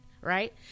Right